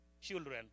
children